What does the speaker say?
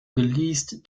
geleast